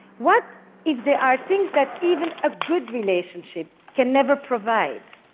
what if there are things that even a good relationship can never provide?